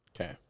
Okay